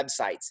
websites